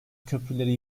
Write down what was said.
köprüleri